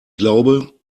glaube